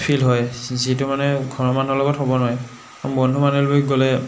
feel হয় যিটো মানে ঘৰৰ মানুহৰ লগত হ'ব নোৱাৰে আম বন্ধু বান্ধৱীলি গ'লে